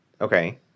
Okay